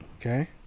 Okay